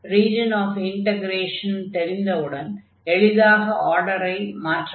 region of integration தெரிந்தவுடன் எளிதாக ஆர்டரை மாற்றலாம்